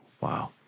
Wow